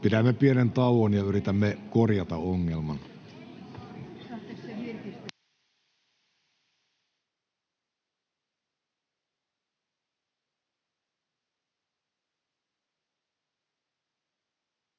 Pidämme pienen tauon ja yritämme korjata teknisen